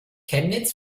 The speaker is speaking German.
chemnitz